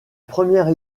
première